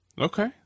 Okay